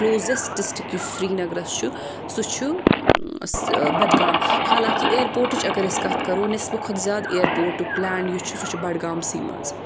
closest district یُس سریٖنگرَس چھُ سُہ چھُ بَڈگام حالانٛکہِ اِیَرپوٹٕچ اگر أسۍ کَتھ کَرو نیٚسفہٕ کھۄتہٕ زیادٕ اِیَرپوٹُک لینٛڈ یُس چھُ سُہ چھُ بَڈگامسٕے منٛز